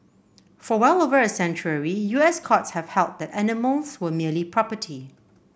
for well over a century U S courts have held that animals were merely property